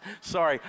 sorry